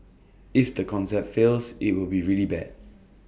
if the concept fails IT will be really bad